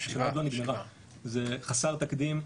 זה חסר תקדים,